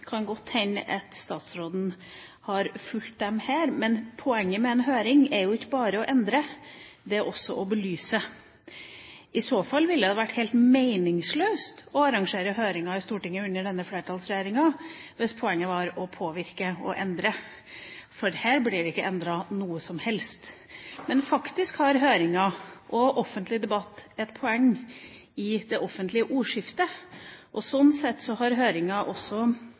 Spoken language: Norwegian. kan godt hende at statsråden har fulgt dem her, men poenget med en høring er jo ikke bare å endre, det er også å belyse. Det ville vært helt meningsløst å arrangere høringer i Stortinget under denne flertallsregjeringa hvis poenget var å påvirke og endre, for her blir det ikke endret noe som helst. Men faktisk har høringa og offentlig debatt et poeng i det offentlige ordskiftet, og sånn sett har høringa også